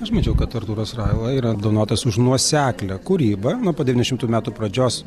aš mačiau kad artūras raila yra apdovanotas už nuoseklią kūrybą nuo pat devyniasdešimtų metų pradžios